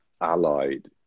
allied